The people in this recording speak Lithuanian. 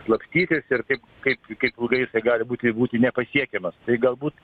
slapstytis ir kaip kaip kaip ilgai gali būti būti nepasiekiamas tai galbūt